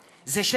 שזה גן עדן,